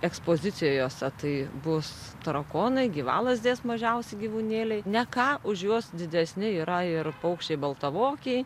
ekspozicijose tai bus tarakonai gyvalazdės mažiausi gyvūnėliai ne ką už juos didesni yra ir paukščiai baltavokiai